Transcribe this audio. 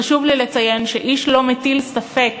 חשוב לי לציין שאיש לא מטיל ספק